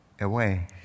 away